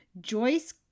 Joyce